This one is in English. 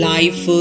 Life